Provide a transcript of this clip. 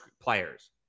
players